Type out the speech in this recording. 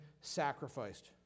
sacrificed